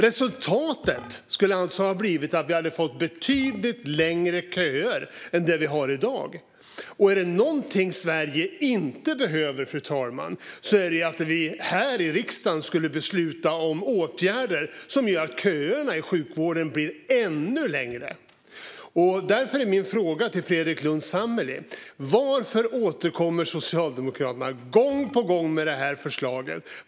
Resultatet skulle alltså ha blivit betydligt längre köer än i dag, och om det är någonting Sverige inte behöver är det att riksdagen beslutar om åtgärder som gör köerna i sjukvården ännu längre. Därför är min fråga till Fredrik Lundh Sammeli varför Socialdemokraterna gång på gång återkommer med det här förslaget.